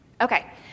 okay